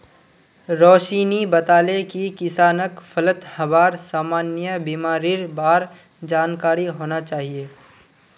रोशिनी बताले कि किसानक फलत हबार सामान्य बीमारिर बार जानकारी होना चाहिए